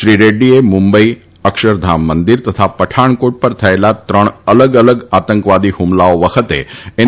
શ્રી રેડ્ડીએ મુંબઇ અક્ષરધામ મંદિર તથા પઠાણકોટ પર થયેલા ત્રણ અલગ અલગ આતંકવાદી હ્મલાઓ વખતે એન